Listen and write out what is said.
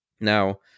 Now